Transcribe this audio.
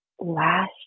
last